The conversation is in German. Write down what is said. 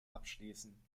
abschließen